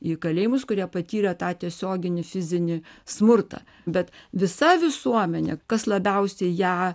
į kalėjimus kurie patyrė tą tiesioginį fizinį smurtą bet visa visuomenė kas labiausiai ją